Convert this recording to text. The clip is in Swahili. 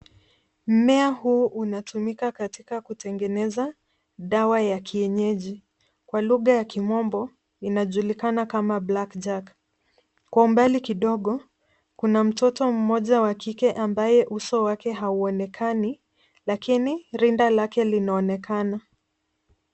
Mmmea huu unatumika katika kutengeneza dawa ya kienyeji. Kwa lugha ya Kimombo inajulikana kama Blackjack . Kwa umbali kidogo kuna mtoto mmoja wa kike ambaye uso wake hauonekani, lakini rinda lake linaonekana.